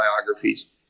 biographies